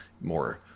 more